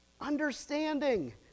Understanding